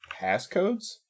passcodes